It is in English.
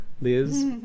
Liz